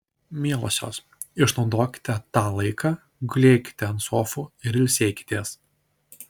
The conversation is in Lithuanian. mielosios išnaudokite tą laiką gulėkite ant sofų ir ilsėkitės